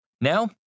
Now